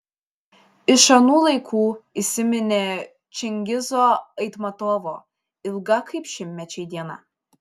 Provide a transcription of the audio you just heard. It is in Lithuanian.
iš anų laikų įsiminė čingizo aitmatovo ilga kaip šimtmečiai diena